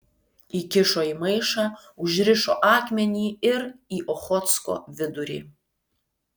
įkišo į maišą užrišo akmenį ir į ochotsko vidurį